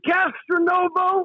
Castronovo